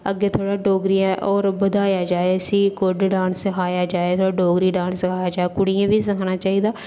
ते अग्गें जेह्ड़ा डोगरी ऐ होर बधाया जा इसी कुड्ड डांस सखाया जा डोगरी डांस सखाया जा जां कुड़ियें गी बी सिक्खना चाहिदा